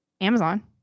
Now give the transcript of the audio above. Amazon